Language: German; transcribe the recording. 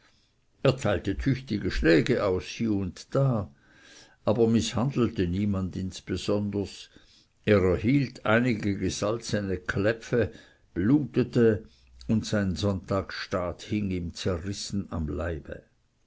teilte tüchtige schläge aus hie und da aber mißhandelte niemand insbesonders er erhielt einige räße kläpfe blutete und sein sonntagsstaat hing ihm zerrissen am leibe